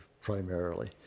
primarily